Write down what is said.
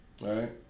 right